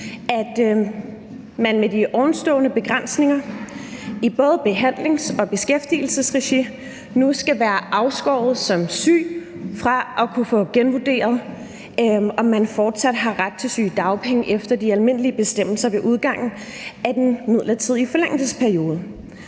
at man med de ovenstående begrænsninger i både behandlings- og beskæftigelsesregi som syg nu skal være afskåret fra at kunne få genvurderet, om man fortsat har ret til sygedagpenge efter de almindelige bestemmelser ved udgangen af den midlertidige forlængelsesperiode.